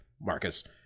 Marcus